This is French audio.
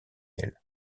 elle